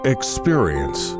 Experience